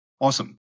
Awesome